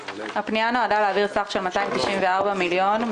הפנייה נועדה להעביר סך של 294 מיליון שקלים